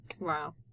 Wow